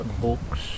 books